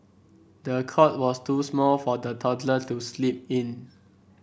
the cot was too small for the toddler to sleep in